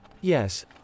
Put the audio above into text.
Yes